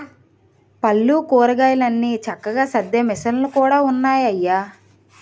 పళ్ళు, కూరగాయలన్ని చక్కగా సద్దే మిసన్లు కూడా ఉన్నాయయ్య